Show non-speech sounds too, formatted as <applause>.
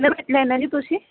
<unintelligible> ਲੈਣਾ ਜੀ ਤੁਸੀਂ